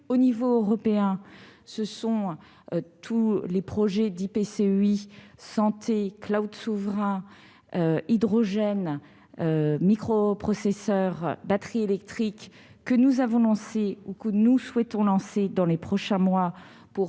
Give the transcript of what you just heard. Au niveau européen, par ailleurs, on trouve tous les IPCEI- santé, souverain, hydrogène, microprocesseurs, batteries électriques -que nous avons lancés ou que nous souhaitons lancer dans les prochains mois. Nous